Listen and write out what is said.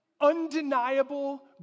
undeniable